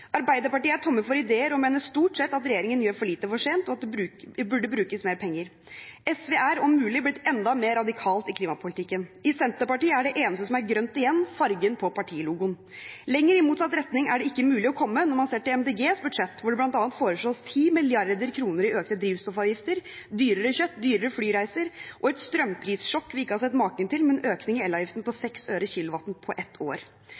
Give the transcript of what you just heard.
Arbeiderpartiet er tomme for idéer og mener stort sett at regjeringen gjør for lite, for sent, og at det burde brukes mer penger. SV er, om mulig, blitt enda mer radikalt i klimapolitikken. I Senterpartiet er det eneste som fortsatt er grønt, fargen på partilogoen. Lenger i motsatt retning er det ikke mulig å komme når man ser til Miljøpartiet De Grønnes budsjett, hvor det bl.a. foreslås 10 mrd. kr i økte drivstoffavgifter, dyrere kjøtt, dyrere flyreiser og et strømprissjokk vi ikke har sett maken til, med en økning i elavgiften på 6 øre per kWh på ett år.